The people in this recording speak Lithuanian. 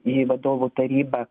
į vadovų tarybą